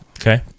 Okay